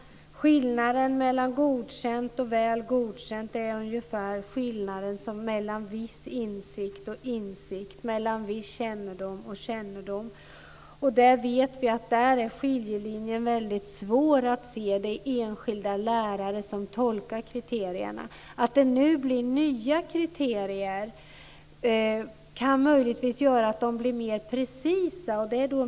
Skillnaden mellan Godkänd och Väl godkänd är ungefär som skillnaden mellan viss insikt och insikt, mellan viss kännedom och kännedom. Där vet vi att skiljelinjen är väldigt svår att se. Det är enskilda lärare som tolkar kriterierna. Att det nu blir nya kriterier kan möjligtvis göra att de blir mer precisa.